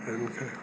इनखे